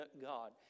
God